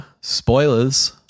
spoilers –